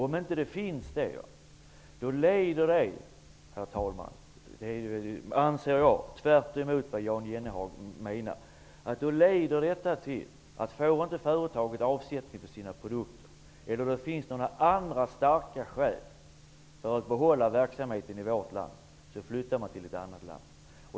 Om företaget inte får avsättning för sina produkter eller om det inte finns andra starka skäl för att behålla verksamheten i vårt land, herr talman, leder det till att företaget flyttar till ett annat land. Det anser jag, tvärtemot vad Jan Jennehag menar.